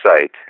site